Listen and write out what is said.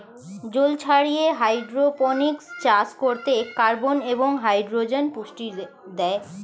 জল ছাড়িয়ে হাইড্রোপনিক্স চাষ করতে কার্বন এবং হাইড্রোজেন পুষ্টি দেয়